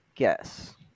Yes